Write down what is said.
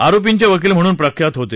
आरोपींचे वकील म्हणून प्रख्यात होते